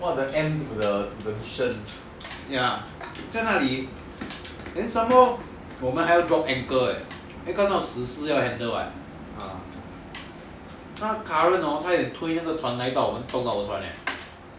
then some more 我们还要 drop anchor leh then 看到死人又要 handle 那个 current hor 推那个船撞到我们的船 leh